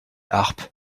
harpe